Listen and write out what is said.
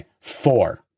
four